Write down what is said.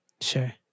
Sure